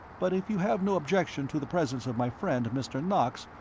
but if you have no objection to the presence of my friend, mr. knox,